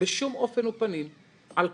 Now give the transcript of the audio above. בשום פנים ואופן על כך.